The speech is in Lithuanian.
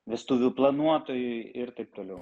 vestuvių planuotojui ir taip toliau